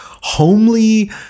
homely